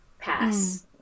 pass